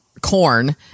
corn